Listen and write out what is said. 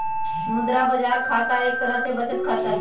मुद्रा बाजार खाता एक तरह के बचत खाता हई